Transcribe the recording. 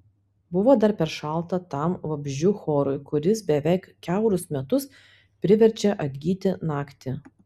buvo dar per šalta tam vabzdžių chorui kuris beveik kiaurus metus priverčia atgyti naktį